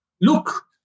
Look